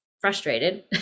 frustrated